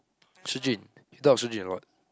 Su-Jin we thought of Su-Jin a lot